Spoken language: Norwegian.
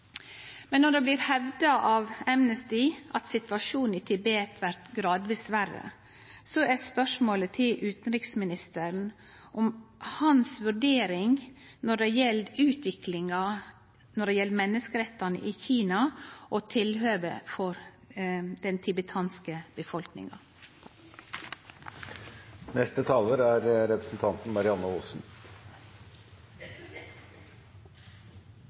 Men når det blir hevda av Amnesty at situasjonen i Tibet blir gradvis verre, er spørsmålet til utanriksministeren kva hans vurdering er når det gjeld utviklinga av menneskerettar i Kina og tilhøvet for den tibetanske befolkninga.